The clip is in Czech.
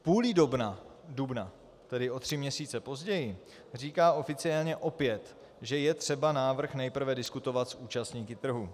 V půli dubna, tedy o tři měsíce později, říká oficiálně opět, že je třeba návrh nejprve diskutovat s účastníky trhu.